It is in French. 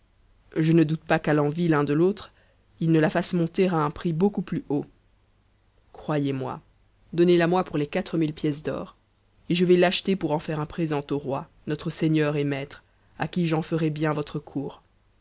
je ne doute pas qu'à l'envie l'un de e ils n ne la fassent monter à un prix beaucoup plus haut croyez-moi donnez la moi pour les quatre mille et je vais l'acheter pour p faire un présent au roi notre seigneur et maître à qui j'en ferai bien votre cour